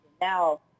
now